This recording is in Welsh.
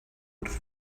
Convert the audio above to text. wrth